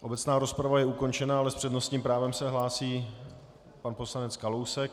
Obecná rozprava je ukončena, ale s přednostním právem se hlásí pan poslanec Kalousek.